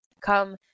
come